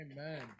Amen